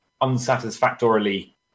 unsatisfactorily